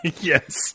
yes